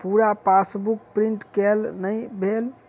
पूरा passbook print केल नहि भेल